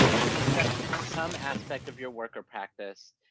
an introduction to some aspect of your work or practice,